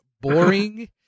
boring